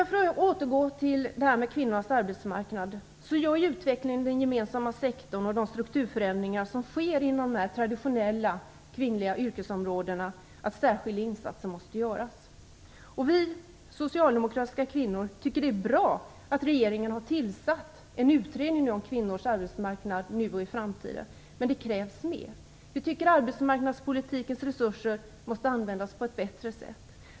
För att återgå till frågan om kvinnornas arbetsmarknad gör utvecklingen i den gemensamma sektorn och de strukturförändringar som sker inom de här traditionella kvinnliga yrkesområdena att särskilda insatser måste göras. Vi socialdemokratiska kvinnor tycker att det är bra att regeringen har tillsatt en utredning om kvinnors arbetsmarknad - nu och i framtiden. Men det krävs mer. Vi tycker att arbetsmarknadspolitikens resurser måste användas på ett bättre sätt.